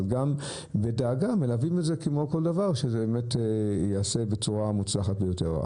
אבל גם בדאגה מלווים את זה כמו כל דבר שייעשה בצורה מוצלחת ביותר.